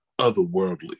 otherworldly